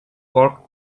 cork